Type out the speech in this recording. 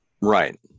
Right